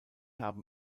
haben